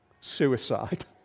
suicide